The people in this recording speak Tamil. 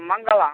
மங்கலம்